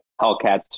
Hellcats